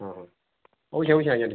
ହଁ ହଁ ଓସେ ଓସେ